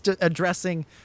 addressing